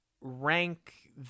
rank